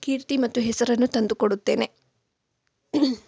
ಕೀರ್ತಿ ಮತ್ತು ಹೆಸರನ್ನು ತಂದುಕೊಡುತ್ತೇನೆ